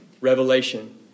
Revelation